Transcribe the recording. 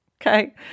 okay